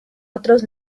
otros